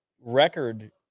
record